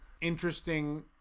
interesting